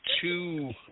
two